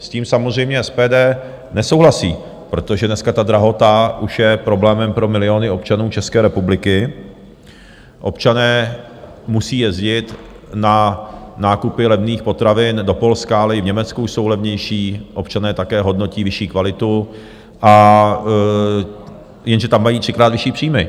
S tím samozřejmě SPD nesouhlasí, protože dneska drahota už je problémem pro miliony občanů České republiky, občané musí jezdit na nákupy levných potravin do Polska, ale i v Německu už jsou levnější, občané také hodnotí vyšší kvalitu, jenže tam mají třikrát vyšší příjmy!